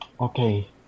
okay